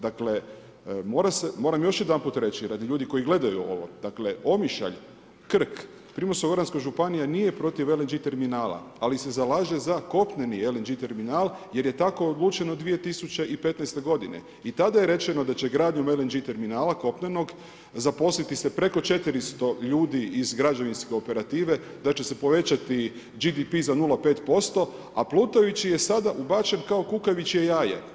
Dakle moram još jedanput reći radi ljudi koji gledaju ovo, dakle Omišalj, Krk, Primorsko-goranska županija nije protiv LNG terminala, ali se zalaže za kopneni LNG terminal jer je tako odlučeno 2015. godine i tada je rečeno da će gradnjom LNG terminala kopnenog zaposliti se preko 400 ljudi iz građevinske operative da će se povećati GDP za 0,5%, a plutajući je sada ubačen kao kukavičje jaje.